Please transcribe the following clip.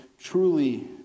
truly